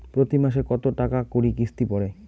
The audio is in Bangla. প্রতি মাসে কতো টাকা করি কিস্তি পরে?